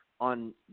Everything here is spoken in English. on